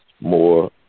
more